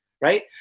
right